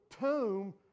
tomb